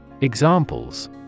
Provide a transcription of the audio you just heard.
Examples